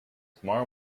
tomorrow